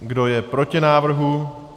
Kdo je proti návrhu?